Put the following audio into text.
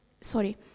sorry